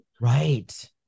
Right